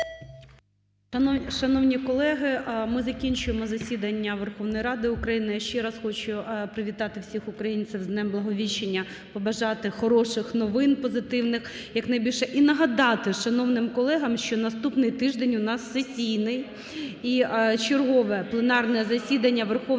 Шановні колеги! Ми закінчуємо засідання Верховної Ради України. Ще раз хочу привітати всіх українців з днем Благовіщення! Побажати хороших новин позитивних якнайбільше. І нагадати шановним колегам, що наступний тиждень у нас сесійний. І чергове пленарне засідання Верховної Ради України